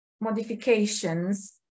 modifications